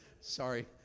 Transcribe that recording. Sorry